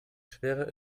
schwerer